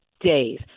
days